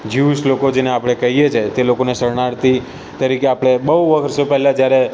juice લોકો જેને આપણે કહીએ છે તે લોકોને શરણાર્થી તરીકે આપણે બહુ વર્ષો પહેલાં જ્યારે